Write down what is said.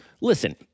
Listen